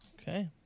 Okay